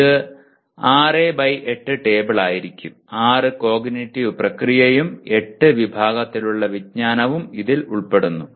ഇത് 6 by 8 table ആയിരിക്കും 6 cognitive പ്രക്രിയയും 8 വിഭാഗത്തിലുള്ള വിജ്ഞാനവും ഇതിൽ ഉൾപ്പെടുന്നു